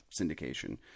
syndication